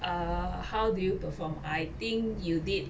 err how do you perform I think you did